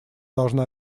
должна